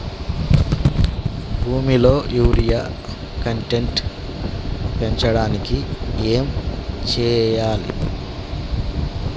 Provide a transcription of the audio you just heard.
భూమిలో urea content పెంచడానికి ఏం చేయాలి?